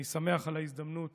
אני שמח על ההזדמנות